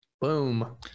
Boom